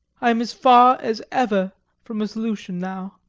i am as far as ever from a solution now.